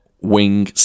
wing